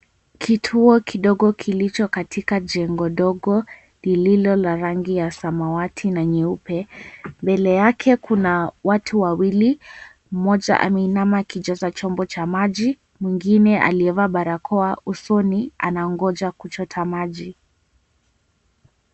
Kituo kidogo kilicho katika jengo ndogo, lililo la rangi ya samawati na nyeupe Mbele yake kuna watu wawili mmoja ameinama akijaza chombo cha maji, mwingine aliyevaa barakoa usoni anangonja kuchota maji.